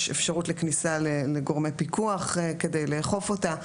אפשרות לכניסה לגורמי פיקוח כדי לאכוף אותה.